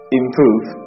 improve